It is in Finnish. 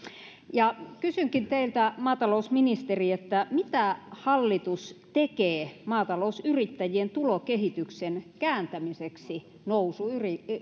kysynkin teiltä maatalousministeri mitä hallitus tekee maatalousyrittäjien tulokehityksen kääntämiseksi